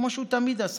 כמו שהוא תמיד עשה,